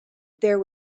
there